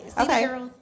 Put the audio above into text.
Okay